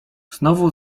znowu